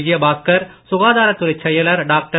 விஜயபாஸ்கர் சுகாதாரத்துறை செயலர் டாக்டர்